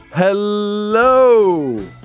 Hello